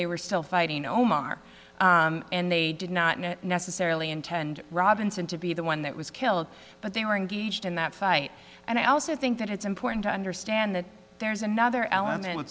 they were still fighting omar and they did not necessarily intend robinson to be the one that was killed but they were engaged in that fight and i also think that it's important to understand that there's another element